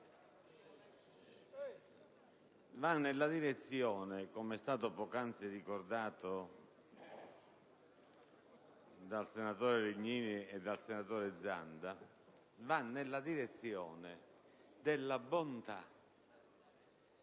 va nella direzione, come è stato poc'anzi ricordato dal senatore Legnini e dal senatore Zanda, della bontà